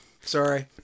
Sorry